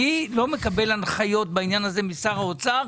אני לא מקבל הנחיות בעניין הזה משר האוצר,